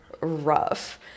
rough